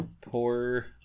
pour